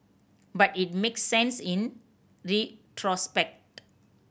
but it make sense in retrospect